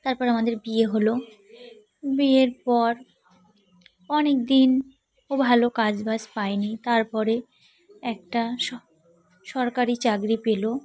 তারপর আমাদের বিয়ে হলো বিয়ের পর অনেক দিন ও ভালো কাজ বাজ পায়নি তার পরে একটা স সরকারি চাকরি পেল